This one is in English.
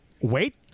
wait